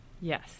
Yes